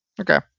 okay